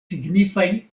signifajn